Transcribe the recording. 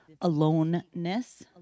aloneness